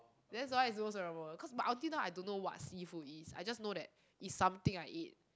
that's why it's the most memorable cause but until now I don't know what seafood it is I just know that it's something I eat